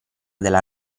della